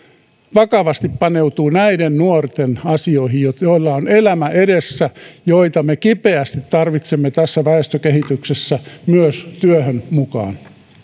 vakavasti paneutuvat näiden nuorten asioihin joilla on elämä edessä ja joita me kipeästi tarvitsemme tässä väestökehityksessä myös työhön mukaan